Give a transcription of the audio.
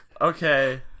Okay